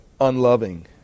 unloving